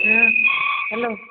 ହଁ ହ୍ୟାଲୋ